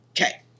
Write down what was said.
Okay